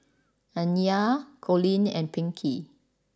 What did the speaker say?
Aniya Collin and Pinkey